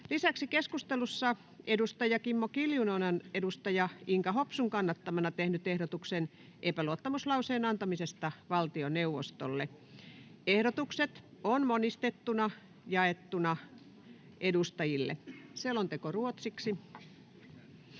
Lisäksi keskustelussa edustaja Kimmo Kiljunen on edustaja Inka Hopsun kannattamana tehnyt ehdotuksen epäluottamuslauseen antamisesta valtioneuvostolle. Ehdotukset on monistettuna jaettu edustajille. (Pöytäkirjan